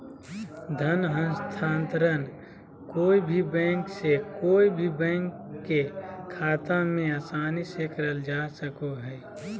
धन हस्तान्त्रंण कोय भी बैंक से कोय भी बैंक के खाता मे आसानी से करल जा सको हय